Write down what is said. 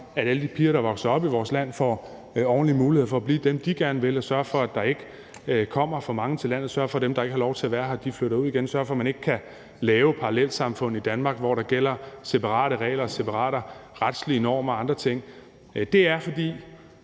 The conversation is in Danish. at alle de piger, der vokser op i vores land, får ordentlige muligheder for at blive dem, de gerne vil, og sørge for, at der ikke kommer for mange til landet. Det er at sørge for, at dem, der ikke har lov til at være her, flytter ud igen. Det er at sørge for, at man ikke kan lave parallelsamfund i Danmark, hvor der gælder separate regler og separate retlige normer og andre ting. Det er, fordi